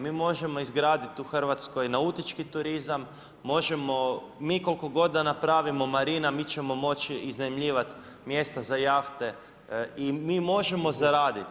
Mi možemo izgraditi u Hrvatskoj nautički turizam, možemo, mi koliko god da napravimo marina mi ćemo moći iznajmljivati mjesta za jahte i mi možemo zaraditi.